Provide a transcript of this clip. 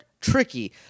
Tricky